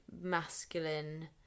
masculine